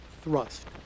thrust